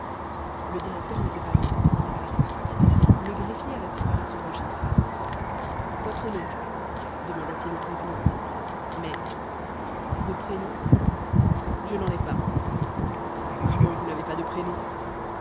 le directeur n'était pas loin il parut le greffier avait préparé son registre votre nom demanda-t-il au prévenu mai vos prénoms je n'en ai pas comment vous n'avez pas de prénoms